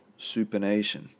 supination